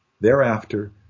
thereafter